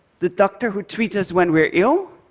the doctor who treats us when we're ill,